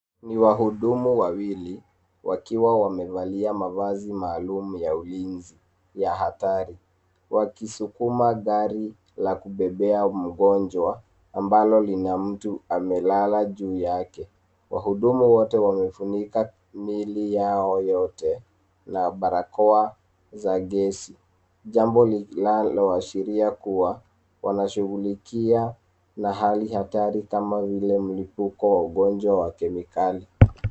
Ni wahudumu wawili, wakiwa wamevalia mavazi maalumu ya ulinzi, wakisukuma gari la kubebea mgonjwa, ambalo lina mtu amelala juu yake. Wahudumu wote wamefunika miili yao yote, na barakoa za gesi, jambo linaloashiria kuwa, wanashughulikia na hali hatari kama vile mlipuko wa ugonjwa wa kemikali.